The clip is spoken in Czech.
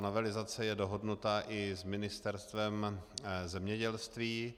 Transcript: Novelizace je dohodnuta i s Ministerstvem zemědělství.